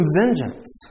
vengeance